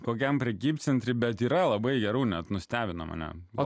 kokiam prekybcentry bet yra labai gerų net nustebino mane o